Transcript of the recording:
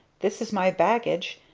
this is my baggage.